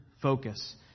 focus